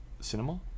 cinema